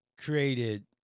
created